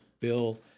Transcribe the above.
Bill